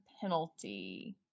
penalty